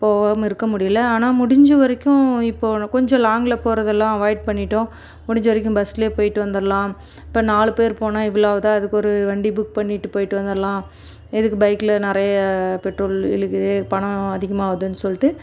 போவாமல் இருக்க முடியல ஆனால் முடிஞ்ச வரைக்கும் இப்போ ஆனால் கொஞ்சம் லாங்க்ல போகறதுலாம் அவாய்ட் பண்ணிவிட்டோம் முடிஞ்ச வரைக்கும் பஸ்லேயே போயிவிட்டு வந்துரலாம் இப்போ நாலு பேர் போனால் இவ்வளோ ஆவுதோ இதுக்கு ஒரு வண்டி புக் பண்ணிவிட்டு போயிவிட்டு வந்துர்லாம் எதுக்கு பைக்கில நிறையா பெட்ரோல் இழுக்குது பணம் அதிகமாவுதுன்னு சொல்லிவிட்டு